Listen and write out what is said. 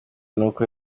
nuko